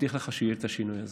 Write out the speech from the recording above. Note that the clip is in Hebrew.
מבטיח לך שיהיה את השינוי הזה.